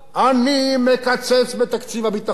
אני מקצץ בתקציב הביטחון,